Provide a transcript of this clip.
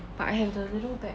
but I have the little bag